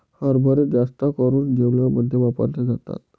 हरभरे जास्त करून जेवणामध्ये वापरले जातात